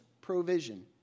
provision